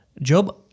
Job